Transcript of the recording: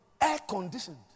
Air-conditioned